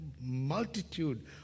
multitude